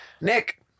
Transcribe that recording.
Nick